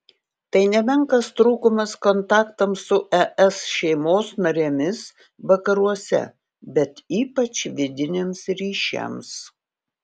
tai nemenkas trūkumas kontaktams su es šeimos narėmis vakaruose bet ypač vidiniams ryšiams